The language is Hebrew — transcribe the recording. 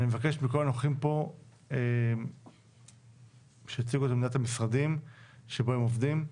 אני מבקש מכל הנוכחים פה שיציגו את עמדת המשרדים שבו הם עובדים,